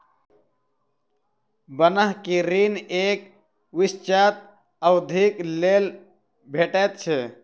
बन्हकी ऋण एक निश्चित अवधिक लेल भेटैत छै